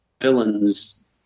villains